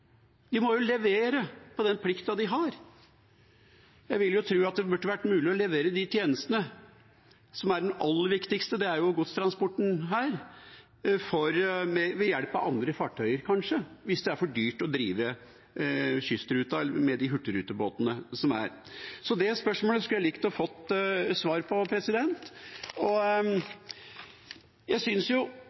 har ikke hørt noe om det. Jeg vil tro at det burde være mulig å levere de tjenestene – og det er godstransporten som her er det aller viktigste – ved hjelp av andre fartøy hvis det er for dyrt å drive kystruta med de hurtigrutebåtene som er. Det spørsmålet skulle jeg likt å få svar på. Jeg synes